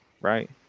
right